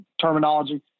terminology